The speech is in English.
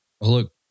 Look